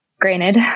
granted